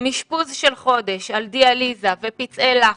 עם אשפוז של חודש על דיאליזה ופצעי לחץ,